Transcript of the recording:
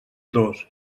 dos